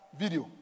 video